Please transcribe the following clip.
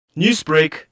Newsbreak